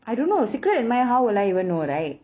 I don't know secret admirer how will I even know right